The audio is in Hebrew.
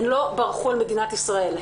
הן לא ברחו אל מדינת ישראל.